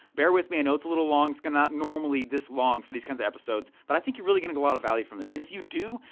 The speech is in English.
bear with me, i know it's a little long. it's not normally this long for these kinds of episodes but i think you're really getting a lot of value from this and if you do,